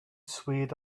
swayed